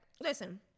Listen